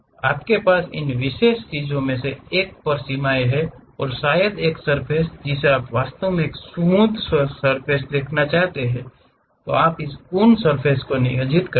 आपके पास इन विशेष चीजों में से एक पर सीमाएं हैं और शायद एक सर्फ़ेस जिसे आप वास्तव में एक स्मूध सर्फ़ेस को दिखाना चाहते हैं तो आप इस कून्स सर्फ़ेस को नियोजित करते हैं